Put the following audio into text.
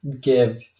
give